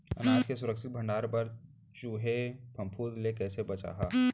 अनाज के सुरक्षित भण्डारण बर चूहे, फफूंद ले कैसे बचाहा?